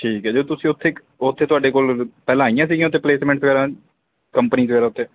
ਠੀਕ ਹੈ ਜੀ ਤੁਸੀਂ ਉੱਥੇ ਉੱਥੇ ਤੁਹਾਡੇ ਕੋਲ ਪਹਿਲਾਂ ਆਈਆਂ ਸੀਗੀਆਂ ਉੱਥੇ ਪਲੇਸਮੈਂਟ ਵਗੈਰਾ ਕੰਪਨੀ ਵਗੈਰਾ ਉੱਥੇ